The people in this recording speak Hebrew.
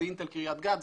זה אינטל קריית גת,